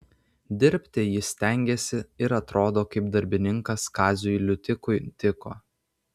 dirbti jis stengėsi ir atrodo kaip darbininkas kaziui liutikui tiko